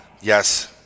yes